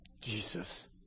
Jesus